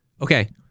Okay